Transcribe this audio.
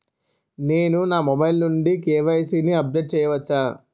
నేను నా మొబైల్ నుండి కే.వై.సీ ని అప్డేట్ చేయవచ్చా?